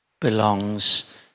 belongs